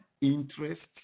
interests